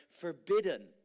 forbidden